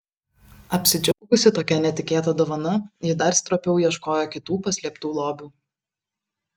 apsidžiaugusi tokia netikėta dovana ji dar stropiau ieškojo kitų paslėptų lobių